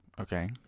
Okay